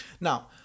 Now